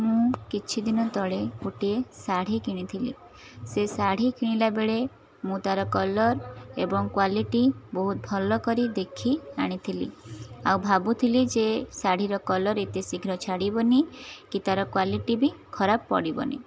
ମୁଁ କିଛିଦିନ ତଳେ ଗୋଟିଏ ଶାଢ଼ୀ କିଣିଥିଲି ସେ ଶାଢ଼ୀ କିଣିଲା ବେଳେ ମୁଁ ତା'ର କଲର ଏବଂ କ୍ଵାଲିଟି ବହୁତ ଭଲ କରି ଦେଖି ଆଣିଥିଲି ଆଉ ଭାବୁଥିଲି ଯେ ଶାଢ଼ୀର କଲର ଏତେ ଶୀଘ୍ର ଛାଡ଼ିବନାହିଁ କି ତା'ର କ୍ଵାଲିଟି ବି ଖରାପ ପଡ଼ିବନାହିଁ